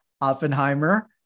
Oppenheimer